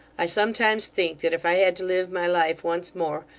i sometimes think, that if i had to live my life once more,